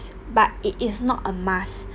but it is not a must